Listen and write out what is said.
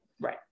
Right